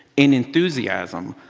an enthusiasm,